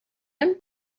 him